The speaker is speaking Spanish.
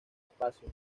espacio